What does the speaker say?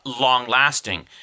long-lasting